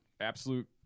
absolute